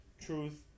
Truth